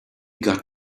got